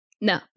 No